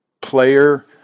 player